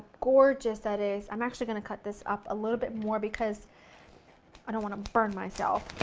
gorgeous that is. i'm actually going to cut this up a little bit more because i don't want to burn myself.